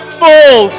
full